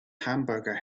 hamburger